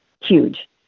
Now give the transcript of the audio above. Huge